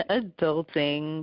adulting